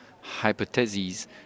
hypotheses